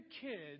kids